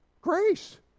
Grace